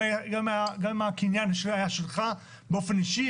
גם אם הקניין היה שלך באופן אישי,